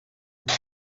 muri